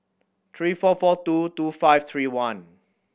three four four two two five three one